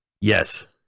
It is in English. Yes